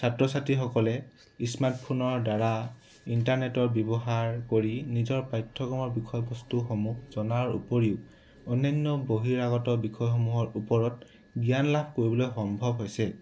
ছাত্ৰ ছাত্ৰীসকলে স্মাৰ্টফোনৰ দ্বাৰা ইণ্টাৰনেটৰ ব্যৱহাৰ কৰি নিজৰ পাঠ্যক্ৰমৰ বিষয়বস্তুসমূহ জনাৰ উপৰিও অন্যান্য বহিৰাগত বিষয়সমূহৰ ওপৰত জ্ঞান লাভ কৰিবলৈ সম্ভৱ হৈছে